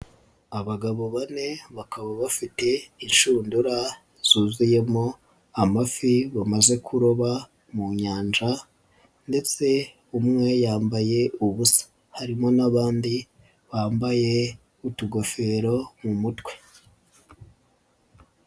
Abagabo bane bakaba bafite inshundura zuzuyemo amafi bamaze kuroba mu nyanja ndetse umwe yambaye ubusa, harimo n'abandi bambaye utugofero mu mutwe.